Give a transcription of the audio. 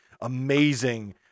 amazing